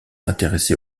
intéressé